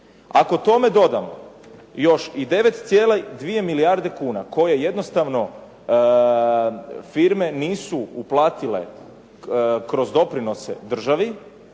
Ako tome dodamo još i 9,2 milijarde kuna koje jednostavno firme nisu uplatile kroz doprinose u državi